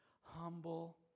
humble